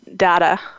data